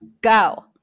go